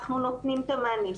אנחנו נותנים את המענה.